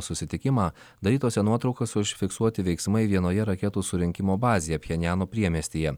susitikimą darytose nuotraukos užfiksuoti veiksmai vienoje raketų surinkimo bazėje pchenjano priemiestyje